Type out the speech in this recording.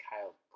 Kyle